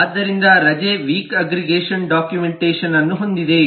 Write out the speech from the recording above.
ಆದ್ದರಿಂದ ರಜೆ week aggregation ಡಾಕ್ಯುಮೆಂಟೇಶನ್ಅನ್ನು ಹೊಂದಿದೆ